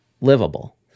livable